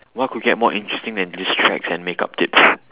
what could get more interesting than diss tracks and makeup tips